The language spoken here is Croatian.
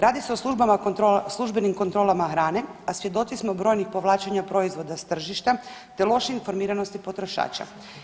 Radi se o službenim kontrolama hrane, a svjedoci smo brojnih povlačenja proizvoda s tržišta te loših informiranosti potrošača.